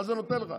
מה זה נותן לך?